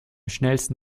schnellsten